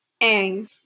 ang